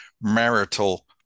marital